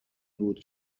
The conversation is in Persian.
بود